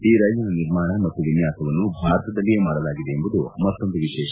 ಈ ರೈಲಿನ ನಿರ್ಮಾಣ ಮತ್ತು ವಿನ್ಹಾಸವನ್ನು ಭಾರತದಲ್ಲಿಯೇ ಮಾಡಲಾಗಿದೆ ಎಂಬುದು ವಿಶೇಷ